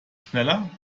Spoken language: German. schneller